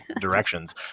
directions